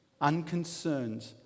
unconcerned